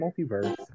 multiverse